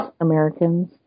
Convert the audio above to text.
Americans